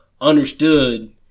understood